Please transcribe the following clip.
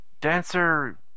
Dancer